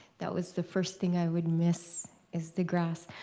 that was the first thing i would miss is the grass.